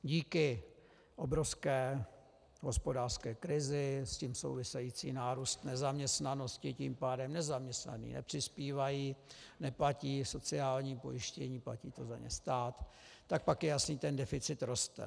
Díky obrovské hospodářské krizi, s tím související nárůst nezaměstnanosti, tím pádem nezaměstnaní nepřispívají, neplatí sociální pojištění, platí to za ně stát, tak pak je jasné, ten deficit roste.